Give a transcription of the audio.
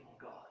God